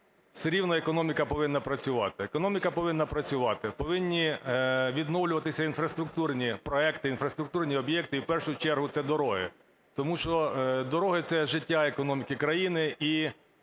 працювати. Економіка повинна працювати, повинні відновлюватися інфраструктурні проекти, інфраструктурні об'єкти і в першу чергу це дороги. Тому що дороги – це життя економіки країни.